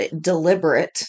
deliberate